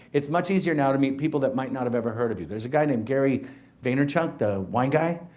it's much easier now to meet people that might not have ever heard of you. there's a guy named gary vaynerchuk, the wine guy,